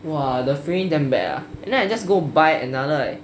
!wah! the feeling damn bad ah then I just go buy another like